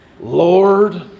Lord